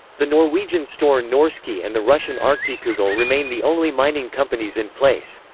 the norwegian store norske and the russian arktikugol remain the only mining companies in place.